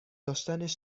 داشتنش